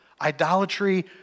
Idolatry